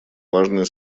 важная